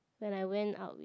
when I went out